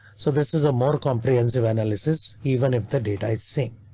so this is a more comprehensive analysis. even if the data is